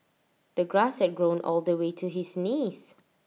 the grass had grown all the way to his knees